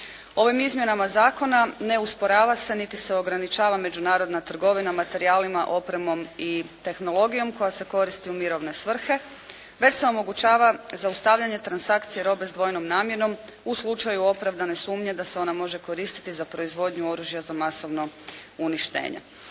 Ovim izmjenama zakona ne usporava se niti se ograničava međunarodna trgovina materijalima, opremom i tehnologijom koja se koristi u mirovne svrhe, već se omogućava zaustavljanje transakcije robe s dvojnom namjenom u slučaju opravdane sumnje da se ona može koristiti za proizvodnju oružja za masovno uništenje.